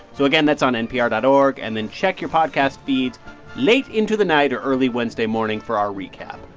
so again, that's on npr dot org. and then check your podcast feeds late into the night or early wednesday morning for our recap.